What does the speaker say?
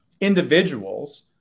individuals